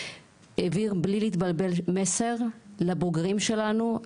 העביר בלי להתבלבל מסר לבוגרים שלנו,